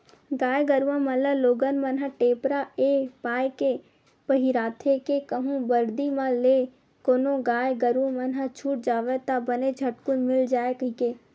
गाय गरुवा मन ल लोगन मन ह टेपरा ऐ पाय के पहिराथे के कहूँ बरदी म ले कोनो गाय गरु मन ह छूट जावय ता बने झटकून मिल जाय कहिके